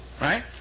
Right